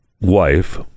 wife